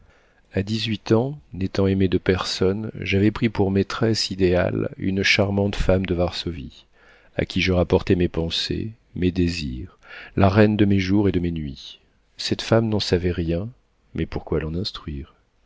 a dix-huit ans n'étant aimé de personne j'avais pris pour maîtresse idéale une charmante femme de varsovie à qui je rapportais mes pensées mes désirs la reine de mes jours et de mes nuits cette femme n'en savait rien mais pourquoi l'en instruire